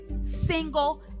single